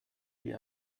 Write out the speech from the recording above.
wie